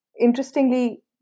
interestingly